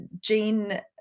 Jean